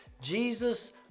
Jesus